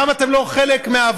למה אתם לא חלק מהעבודה?